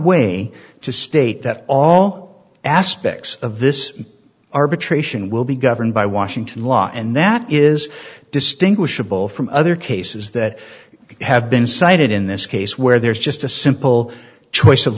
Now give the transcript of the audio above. way to state that all aspects of this arbitration will be governed by washington law and that is distinguishable from other cases that have been cited in this case where there's just a simple choice of